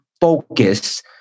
Focus